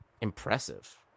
impressive